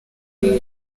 bwiru